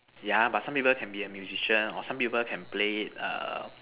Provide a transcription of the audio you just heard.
yeah but some people can be a musician or some people can play it err